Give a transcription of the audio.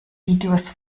videos